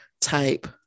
type